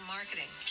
Marketing